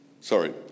Sorry